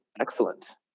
excellent